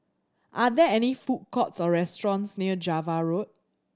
are there any food courts or restaurants near Java Road